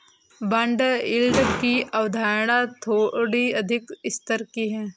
bond yield की अवधारणा थोड़ी अधिक स्तर की है